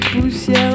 poussière